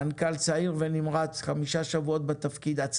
מנכ"ל צעיר ונמרץ שנמצא